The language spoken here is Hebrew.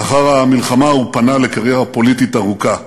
לאחר המלחמה הוא פנה לקריירה פוליטית ארוכה.